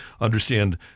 understand